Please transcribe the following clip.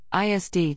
ISD